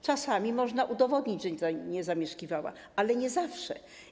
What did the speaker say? Czasami można udowodnić, że nie zamieszkiwała, ale nie zawsze.